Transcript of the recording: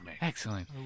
Excellent